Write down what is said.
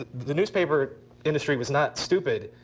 the newspaper industry was not stupid.